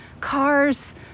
cars